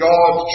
God